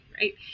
Right